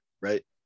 Right